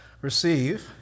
receive